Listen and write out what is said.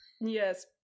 Yes